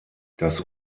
das